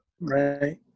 Right